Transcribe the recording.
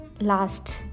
Last